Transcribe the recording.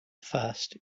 first